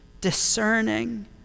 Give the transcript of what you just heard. discerning